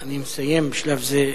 אני מסיים בשלב זה את,